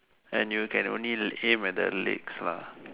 and you can only aim at the legs lah